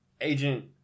Agent